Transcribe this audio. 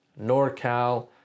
NorCal